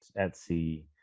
Etsy